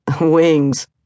Wings